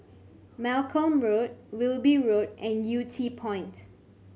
Malcolm Road Wilby Road and Yew Tee Point